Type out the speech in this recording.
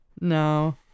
No